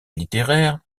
littéraire